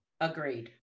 Agreed